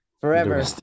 Forever